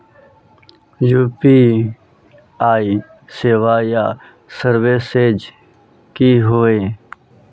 UPI सेवाएँ या services की होय?